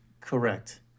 Correct